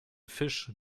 fisch